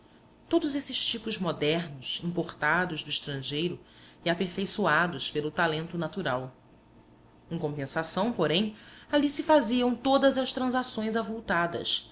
todos esses tipos modernos importados do estrangeiro e aperfeiçoados pelo talento natural em compensação porém ali se faziam todas as transações avultadas